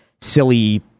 silly